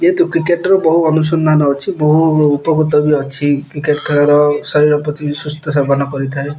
ଯେହେତୁ କ୍ରିକେଟ୍ର ବହୁ ଅନୁସନ୍ଧାନ ଅଛି ବହୁ ଉପକୃତ ବି ଅଛି କ୍ରିକେଟ୍ ଖେଳର ଶରୀର ପ୍ରତି ସୁସ୍ଥ ସେବନ କରିଥାଏ